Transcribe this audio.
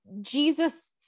Jesus